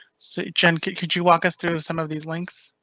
so jen could could you walk us through some of these links?